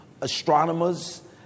astronomers